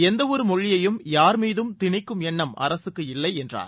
எந்தவொரு மொழியையும் யார் மீதும் திணிக்கும் எண்ணம் அரசுக்கு இல்லை என்றார்